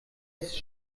ist